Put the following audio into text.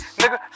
nigga